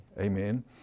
Amen